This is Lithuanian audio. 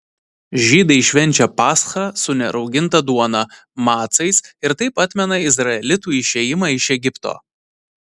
žydai švenčia paschą su nerauginta duona macais ir taip atmena izraelitų išėjimą iš egipto